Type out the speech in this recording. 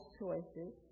choices